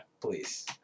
Please